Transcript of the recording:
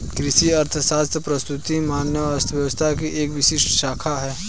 कृषि अर्थशास्त्र वस्तुतः सामान्य अर्थशास्त्र की एक विशिष्ट शाखा है